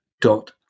dot